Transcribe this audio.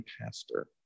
pastor